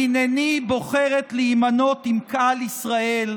הינני בוחרת להימנות עם קהל ישראל,